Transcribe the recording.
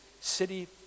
city